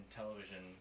television